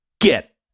Get